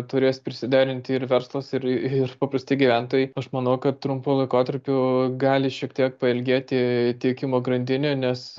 turės prisiderinti ir verslas ir ir paprasti gyventojai aš manau kad trumpu laikotarpiu gali šiek tiek pailgėti tiekimo grandinė nes